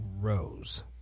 rose